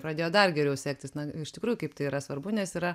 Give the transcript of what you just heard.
pradėjo dar geriau sektis na iš tikrųjų kaip tai yra svarbu nes yra